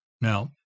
Now